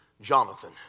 Jonathan